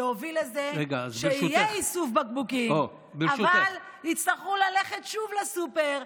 להוביל לזה שיהיה איסוף בקבוקים אבל יצטרכו ללכת שוב לסופר,